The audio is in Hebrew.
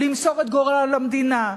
למסור את גורל המדינה,